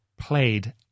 played